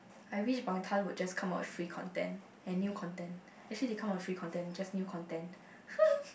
I wish bangtan would just come up with free content and new content actually they come up with free content just new content